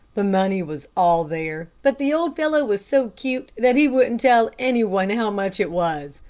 the money was all there, but the old fellow was so cute that he wouldn't tell any one how much it was.